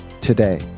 today